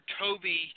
Toby